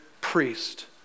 priest